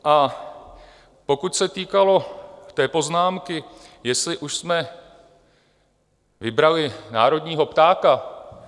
A pokud se týkalo té poznámky, jestli už jsme vybrali národního ptáka.